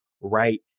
right